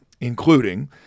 including